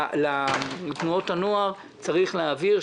לתנועות הנוער צריך להעביר,